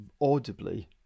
audibly